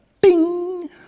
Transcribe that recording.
bing